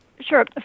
Sure